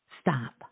stop